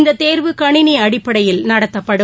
இந்த தோ்வு கணினி அடிப்படையில் நடத்தப்படும்